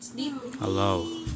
Hello